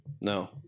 No